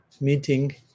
meeting